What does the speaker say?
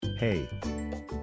Hey